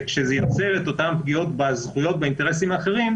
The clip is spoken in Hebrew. וכשזה יוצר את אותן פגיעות בזכויות ובאינטרסים האחרים,